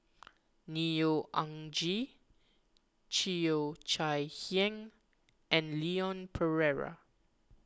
Neo Anngee Cheo Chai Hiang and Leon Perera